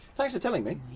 thanks for telling me!